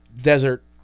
desert